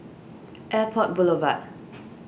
Airport Boulevard